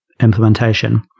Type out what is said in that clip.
implementation